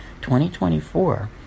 2024